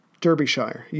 Derbyshire